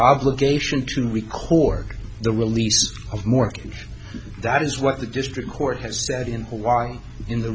obligation to record the release of mortgage that is what the district court has said in hawaii in the